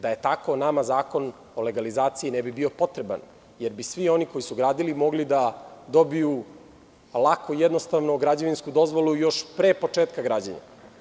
Da je tako, nama zakon o legalizaciji ne bi bio potreban, jer bi svi oni koji su gradili mogli da dobiju lako građevinsku dozvolu, još pre početka građenja.